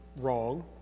wrong